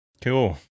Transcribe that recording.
Cool